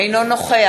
אינו נוכח